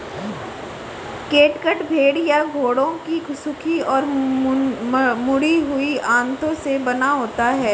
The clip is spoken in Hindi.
कैटगट भेड़ या घोड़ों की सूखी और मुड़ी हुई आंतों से बना होता है